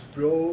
Bro